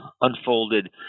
unfolded